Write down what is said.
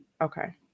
okay